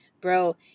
bro